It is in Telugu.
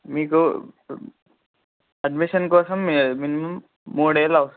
మీకు అడ్మిషన్ కోసం మినిమమ్ మూడు ఏళ్లు అవసరం